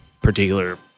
particular